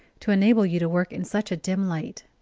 to enable you to work in such a dim light.